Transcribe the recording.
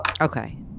Okay